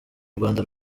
rwanda